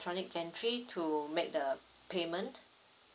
electronic gantry to make the payment